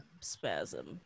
spasm